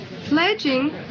Pledging